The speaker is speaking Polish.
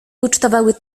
ucztowały